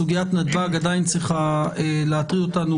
סוגיית נתב"ג עדיין צריכה להטריד אותנו